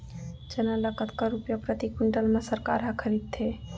चना ल कतका रुपिया प्रति क्विंटल म सरकार ह खरीदथे?